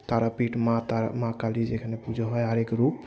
তারাপীঠ মা তারা মা কালীর যেখানে পুজো হয় আরেক রূপ